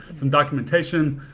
some documentation.